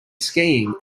skiing